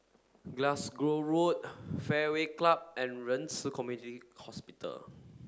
Glasgow Road Fairway Club and Ren Ci Community Hospital